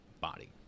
body